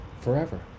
forever